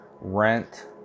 rent